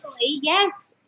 yes